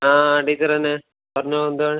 ആ ടീച്ചറെന്നാ പറഞ്ഞോ എന്താണ്